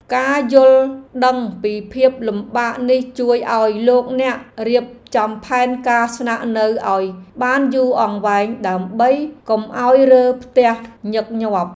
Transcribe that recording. ការយល់ដឹងពីភាពលំបាកនេះជួយឱ្យលោកអ្នករៀបចំផែនការស្នាក់នៅឱ្យបានយូរអង្វែងដើម្បីកុំឱ្យរើផ្ទះញឹកញាប់។